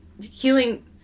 healing